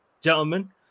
Gentlemen